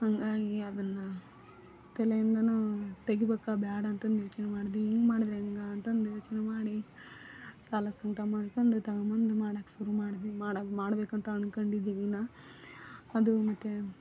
ಹಂಗಾಗಿ ಅದನ್ನು ತಲೆಯಿಂದಲೂ ತೆಗಿಬೇಕಾ ಬೇಡ ಅಂತಂದು ಯೋಚನೆ ಮಾಡಿದಿ ಹಿಂಗೆ ಮಾಡಿದ್ರೆ ಹೆಂಗೆ ಅಂತಂದು ಯೋಚನೆ ಮಾಡಿ ಸಾಲ ಸಂಗಡ ಮಾಡ್ಕೊಂಡು ತಗೊಂಡು ಬಂದು ಮಾಡೋಕೆ ಶುರು ಮಾಡಿದ್ವಿ ಮಾಡು ಮಾಡಬೇಕಂತ ಅಂದ್ಕೊಂಡಿದ್ವಿ ಇನ್ನೂ ಅದು ಮತ್ತು